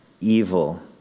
evil